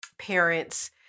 parents